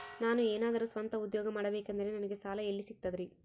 ನಾನು ಏನಾದರೂ ಸ್ವಂತ ಉದ್ಯೋಗ ಮಾಡಬೇಕಂದರೆ ನನಗ ಸಾಲ ಎಲ್ಲಿ ಸಿಗ್ತದರಿ?